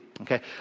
Okay